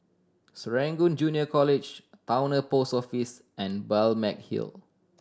Serangoon Junior College Towner Post Office and Balmeg Hill